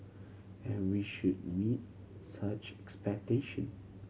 and we should meet such expectation